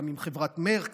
גם עם חברת מרק,